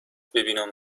ببینم